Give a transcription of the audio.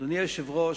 אדוני היושב-ראש,